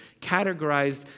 categorized